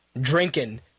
drinking